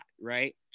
right